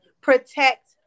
protect